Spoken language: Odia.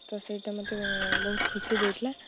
ତ ସେଇଟା ମୋତେ ବହୁତ ଖୁସି ଦେଇଥିଲା